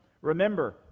Remember